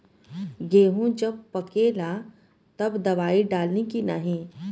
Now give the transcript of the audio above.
गेहूँ जब पकेला तब दवाई डाली की नाही?